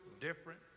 different